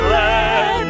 let